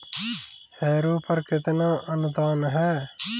Harrow पर कितना अनुदान है?